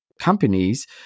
companies